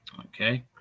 Okay